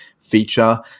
feature